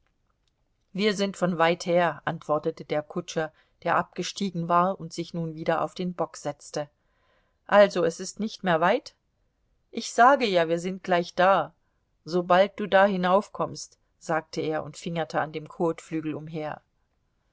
wir sind von weit her antwortete der kutscher der abgestiegen war und sich nun wieder auf den bock setzte also es ist nicht mehr weit ich sage ja wir sind gleich da sobald du da hinaufkommst sagte er und fingerte an dem kotflügel umher